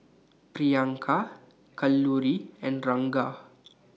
Priyanka Kalluri and Ranga